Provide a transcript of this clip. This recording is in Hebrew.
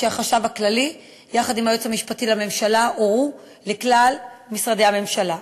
שהחשב הכללי יחד עם היועץ המשפטי לממשלה הורו לכלל משרדי הממשלה.